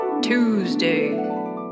Tuesday